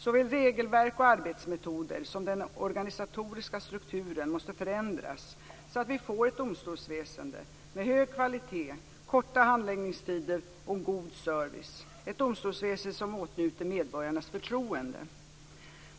Såväl regelverk och arbetsmetoder som den organisatoriska strukturen måste förändras så att vi får ett domstolsväsende med hög kvalitet, korta handläggningstider och god service - ett domstolsväsende som åtnjuter medborgarnas förtroende.